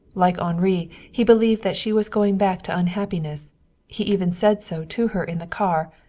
like henri, he believed that she was going back to unhappiness he even said so to her in the car,